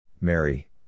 Mary